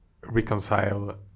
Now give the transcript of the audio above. reconcile